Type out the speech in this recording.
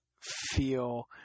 feel